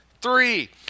Three